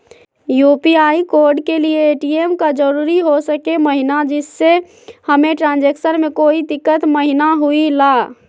UPI code के लिए ATM का जरूरी हो सके महिना जिससे हमें ट्रांजैक्शन में कोई दिक्कत महिना हुई ला?